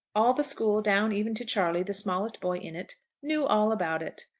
all the school, down even to charley, the smallest boy in it, knew all about it.